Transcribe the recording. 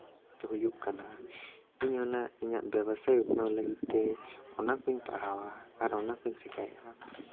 ᱦᱩᱭᱩᱜ ᱠᱟᱱᱟ ᱤᱧ ᱚᱱᱟ ᱵᱮᱵᱥᱟ ᱩᱛᱱᱟᱹᱣ ᱞᱟᱹᱜᱤᱫ ᱛᱮ ᱚᱱᱟ ᱠᱚᱹᱧ ᱯᱟᱲᱦᱟᱣᱟ ᱟᱨ ᱚᱱ ᱠᱚᱹᱧ ᱪᱤᱠᱟᱭᱟ